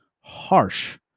harsh